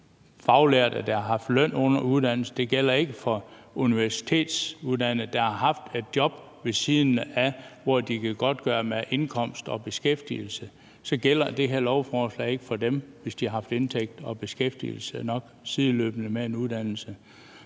faglærte, der har haft løn under uddannelsen, og den gælder ikke for universitetsuddannede, der har haft et job ved siden af, hvor de kan godtgøre, at de har haft indtægt og beskæftigelse. Det her lovforslag gælder ikke for dem, hvis de har haft indtægt og beskæftigelse nok sideløbende med en uddannelse.